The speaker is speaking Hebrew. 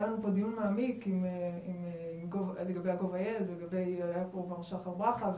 היה לנו פה דיון מעמיק לגבי GOV.IL והיה פה גם שחר ברכה.